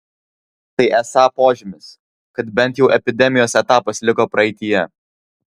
tai esą požymis kad bent jau epidemijos etapas liko praeityje